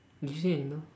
did you say animal